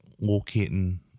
locating